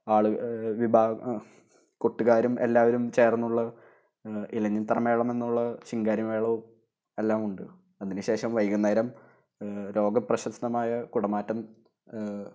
ആൾ വിഭാഗ കൊട്ടുകാരും എല്ലാവരും ചേര്ന്നുള്ള ഇലഞ്ഞിത്തറമേളം എന്നുള്ള ചിങ്കാരി മേളവും എല്ലാമുണ്ട് അതിനുശേഷം വൈകുന്നേരം ലോകപ്രശസ്തമായ കുടമാറ്റം